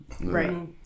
Right